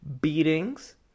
Beatings